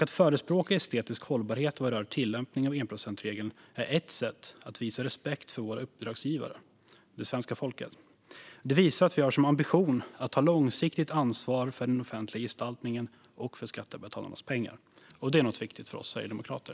Att förespråka estetisk hållbarhet vad rör tillämpning av enprocentsregeln är ett sätt att visa respekt för våra uppdragsgivare, det svenska folket. Det visar att vi har som ambition att ta ett långsiktigt ansvar för den offentliga gestaltningen och för skattebetalarnas pengar. Det är något som är viktigt för oss sverigedemokrater.